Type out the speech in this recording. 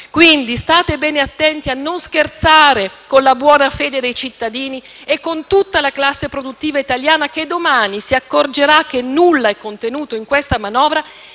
Quindi, state bene attenti a non scherzare con la buona fede dei cittadini e con tutta la classe produttiva italiana, che domani si accorgerà che nulla è contenuto in questa manovra